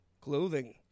clothing